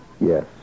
Yes